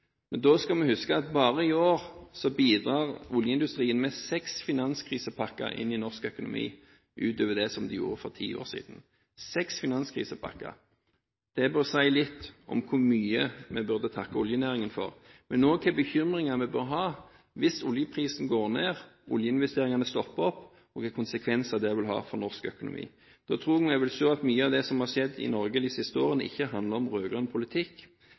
Men vi skal huske at bare i år bidrar oljeindustrien med seks finanskrisepakker inn i norsk økonomi, utover det de gjorde for ti år siden – seks finanskrisepakker. Det bør si litt om hvor mye vi burde takke oljenæringen for, men også om hvilke bekymringer vi bør ha hvis oljeprisen går ned og oljeinvesteringene stopper opp – hvilke konsekvenser det vil få for norsk økonomi. Da tror jeg vi vil se at mye av det som har skjedd i Norge de siste årene, ikke handler om rød-grønn politikk,